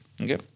okay